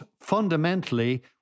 fundamentally